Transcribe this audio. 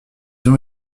ont